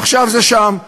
ועכשיו זה שם.